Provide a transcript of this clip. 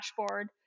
dashboard